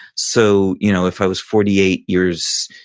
so you know if i was forty eight years,